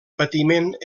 patiment